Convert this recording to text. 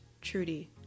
Trudy